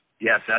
Yes